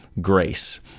grace